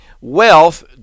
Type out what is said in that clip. Wealth